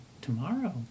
tomorrow